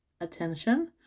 attention